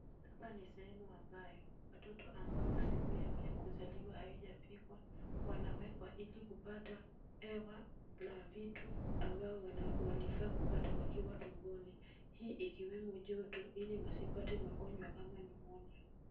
Hapa ni pahali ambapo watoto ambao siku yao ya kuzaliwa haijafika wanaweka ili kupata hewa na vitu walifaa kupata wakiwa tumboni, hii ikiwemo joto ili wasipate magonjwa kama pneumonia .